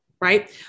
right